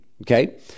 okay